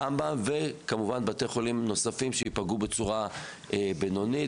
רמב"ם וכמובן בתי חולים נוספים שייפגעו בצורה בינונית,